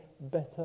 better